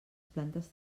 plantes